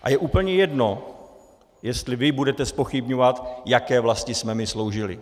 A je úplně jedno, jestli vy budete zpochybňovat, jaké vlasti jsme my sloužili.